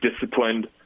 disciplined